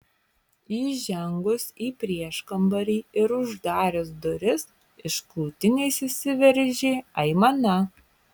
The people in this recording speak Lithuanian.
įžengus į prieškambarį ir uždarius duris iš krūtinės išsiveržė aimana